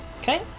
Okay